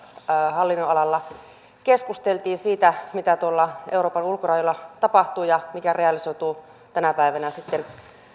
hallinnonalalla keskusteltiin siitä mitä tuolla euroopan ulkorajoilla tapahtuu ja mikä realisoituu tänä päivänä sitten